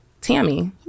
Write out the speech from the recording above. Tammy